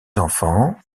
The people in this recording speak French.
enfants